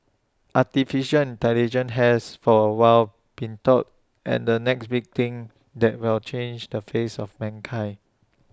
Artificial Intelligence has for A while been touted and the next big thing that will change the face of mankind